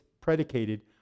predicated